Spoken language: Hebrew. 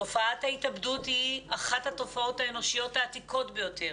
תופעת ההתאבדות היא אחת התופעות האנושיות העתיקות ביותר,